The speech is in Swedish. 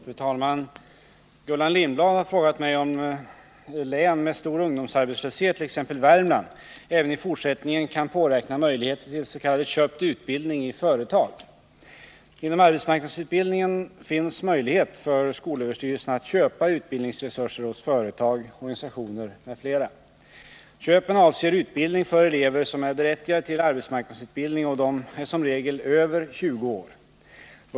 Fru talman! Gullan Lindblad har frågat mig om län med stor ungdomsarbetslöshet, t.ex. Värmland, även i fortsättningen kan påräkna möjligheter till s.k. köpt utbildning i företag. Inom arbetsmarknadsutbildningen finns möjlighet för skolöverstyrelsen att köpa utbildningsresurser hos företag, organisationer m.fl. Köpen avser utbildning för elever som är berättigade till arbetsmarknadsutbildning, och de är som regel över 20 år.